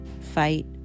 fight